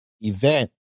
event